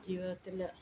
ജീവിതത്തിൽ